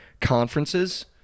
conferences